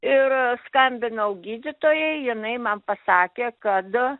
ir skambinau gydytojai jinai man pasakė kad